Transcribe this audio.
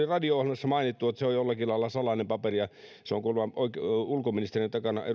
radio ohjelmassa mainittiin että se on jollakin lailla salainen paperi ja se on kuulemma ulkoministerin takana